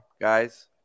guys